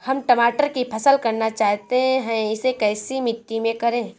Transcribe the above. हम टमाटर की फसल करना चाहते हैं इसे कैसी मिट्टी में करें?